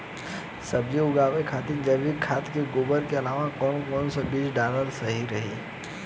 सब्जी उगावे खातिर जैविक खाद मे गोबर के अलाव कौन कौन चीज़ डालल सही रही?